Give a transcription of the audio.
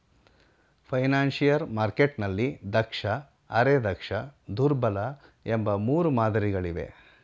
financial ಮಾರ್ಕೆಟ್ನಲ್ಲಿ ದಕ್ಷ, ಅರೆ ದಕ್ಷ, ದುರ್ಬಲ ಎಂಬ ಮೂರು ಮಾದರಿ ಗಳಿವೆ